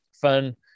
fun